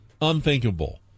unthinkable